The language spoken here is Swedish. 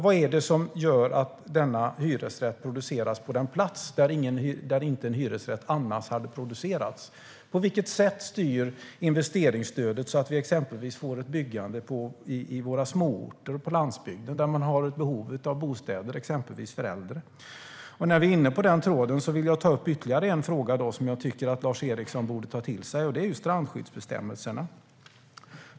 Vad är det som gör att denna hyresrätt produceras på den plats där en hyresrätt annars inte hade producerats? På vilket sätt styr investeringsstödet så att det blir ett byggande exempelvis i våra småorter på landsbygden där det finns behov av bostäder bland annat för äldre? Sedan vill jag ta upp ytterligare en fråga som jag tycker att Lars Eriksson borde ta till sig, och det är strandskyddsbestämmelserna.